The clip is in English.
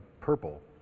purple